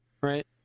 Right